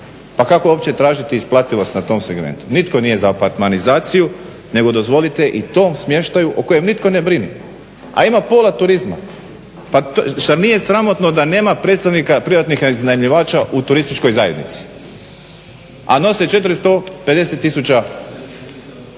pa kako uopće tražiti isplativost na tom segmentu, nitko nije za apartmanizaciju, nego dozvolite i tom smještaju o kojem nitko ne brine, a ima pola turizma. Pa šta nije sramotno da nema predstavnika privatnika, iznajmljivača u turističkoj zajednici a nose 415 000